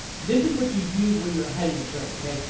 this is what you use when you're ahead in a trade, okay?